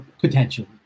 potentially